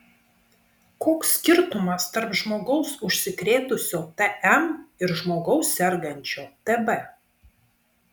koks skirtumas tarp žmogaus užsikrėtusio tm ir žmogaus sergančio tb